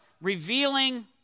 revealing